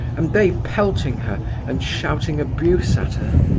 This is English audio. and they pelting her and shouting abuse at her.